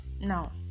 Now